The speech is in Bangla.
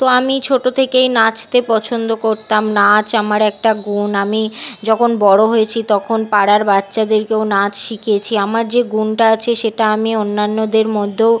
তো আমি ছোট থেকেই নাচতে পছন্দ করতাম নাচ আমার একটা গুণ আমি যখন বড় হয়েছি তখন পাড়ার বাচ্চাদেরও নাচ শিখিয়েছি আমার যে গুণটা আছে সেটা আমি অন্যান্যদের মধ্যেও